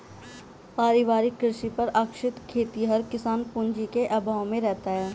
पारिवारिक कृषि पर आश्रित खेतिहर किसान पूँजी के अभाव में रहता है